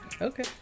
Okay